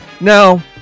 Now